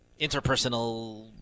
interpersonal